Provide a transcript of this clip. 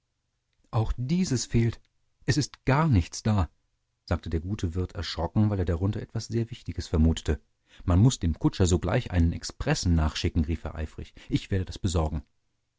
auch dieses fehlt es ist gar nichts da sagte der gute wirt erschrocken weil er darunter etwas sehr wichtiges vermutete man muß dem kutscher sogleich einen expressen nachschicken rief er eifrig ich werde das besorgen